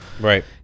Right